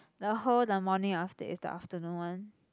the whole the morning after is the afternoon one